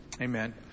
Amen